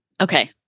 Okay